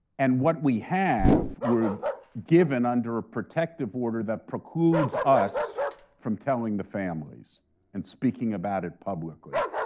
and what we have were given under a protective order that precludes us from telling the families and speaking about it publicly.